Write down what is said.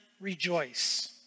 rejoice